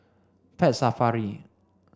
Pet Safari